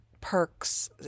perks